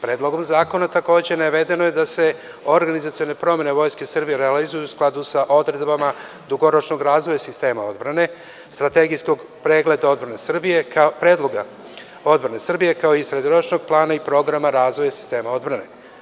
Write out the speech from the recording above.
Predlogom zakona je navedeno da se organizacione promene Vojske Srbije realizuju u skladu sa odredbama dugoročnog razvoja sistema odbrane, strategijskog predloga odbrane Srbije, kao i srednjoročnog plana i programa razvoja sistema odbrane.